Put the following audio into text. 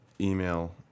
email